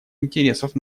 интересов